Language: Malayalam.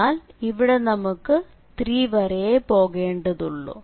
എന്നാൽ ഇവിടെ നമുക്ക് 3 വരെയേ പോകേണ്ടതുള്ളു